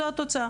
זו התוצאה.